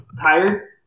tired